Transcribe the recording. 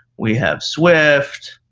we have swift.